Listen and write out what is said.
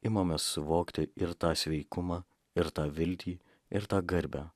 imame suvokti ir tą sveikumą ir tą viltį ir tą garbę